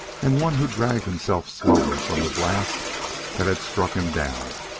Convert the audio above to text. and one who dragged himself slowly from the blast that had struck him down.